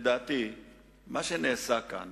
שירות בתי-הסוהר